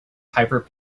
piper